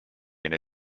uni